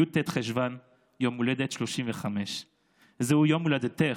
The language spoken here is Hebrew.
י"ט בחשוון, יום הולדת 35. זהו יום הולדתך,